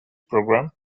program